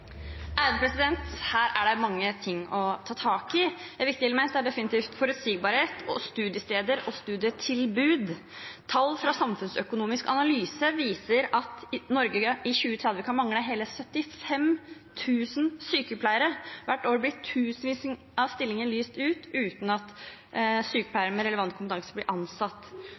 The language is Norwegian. Her er det mange ting å ta tak i. Viktige elementer er definitivt forutsigbarhet, studiesteder og studietilbud. Tall fra Samfunnsøkonomisk Analyse viser at Norge i 2030 kan mangle hele 75 000 sykepleiere. Hvert år blir tusenvis av stillinger lyst ut, uten at sykepleiere med relevant kompetanse blir ansatt.